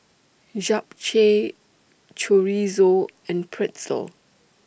Japchae Chorizo and Pretzel